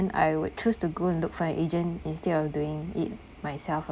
I would choose to go and look for a agent instead of doing it myself uh